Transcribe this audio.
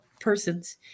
persons